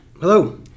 Hello